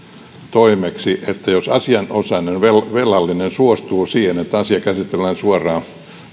toimeksi että jos asianosainen velallinen suostuu siihen asia käsitellään suoraan